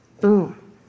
Boom